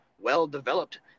well-developed